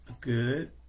Good